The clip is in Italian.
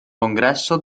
congresso